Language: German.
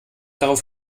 darauf